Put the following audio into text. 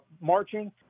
marching